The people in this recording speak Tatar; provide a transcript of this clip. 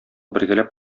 бергәләп